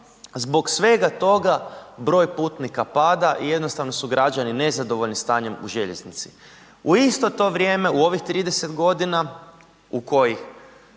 zbog svega toga broj putnika pada i jednostavno su građani nezadovoljni stanjem u željeznici. U isto to vrijeme u ovih 30 godina u kojih